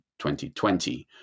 2020